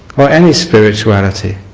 or any spirituality.